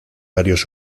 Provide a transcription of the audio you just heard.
varios